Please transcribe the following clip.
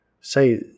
Say